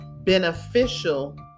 beneficial